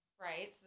Right